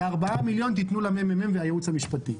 את הארבעה מיליון תנו לממ"מ ולייעוץ המשפטי.